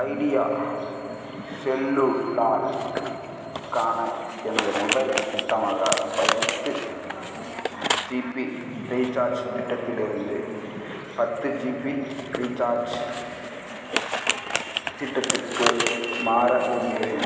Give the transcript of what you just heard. idea செல்லுலார்க்கான எனது mobile திட்டமாக பத்து ஜிபி ரீசார்ஜ் திட்டத்திலிருந்து பத்து ஜிபி ரீசார்ஜ் திட்டத்திற்கு மாற விரும்புகிறேன்